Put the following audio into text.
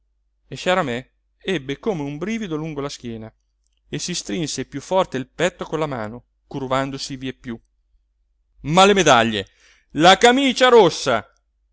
e sciaramè ebbe come un brivido lungo la schiena e si strinse piú forte il petto con la mano curvandosi vie più ma le medaglie la camicia rossa